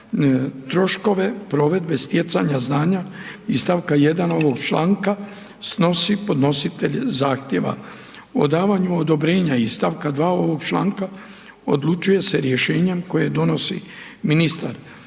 Troškove provedbe stjecanja znanja iz st. 1. ovog članka snosi podnositelj zahtjeva. O davanju odobrenja iz st. 2. ovog članka odlučuje se rješenjem koje donosi ministar.